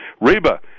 Reba